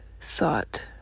thought